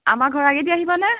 আমাৰ ঘৰৰ আগেদি আহিবানে